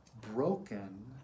broken